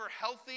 healthy